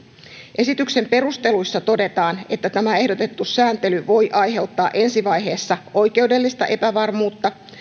esityksen perusteluissa todetaan että tämä ehdotettu sääntely voi aiheuttaa ensi vaiheessa oikeudellista epävarmuutta